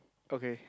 okay